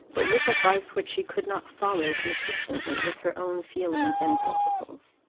but with advice which she could not follow consistently with her own feelings and principles.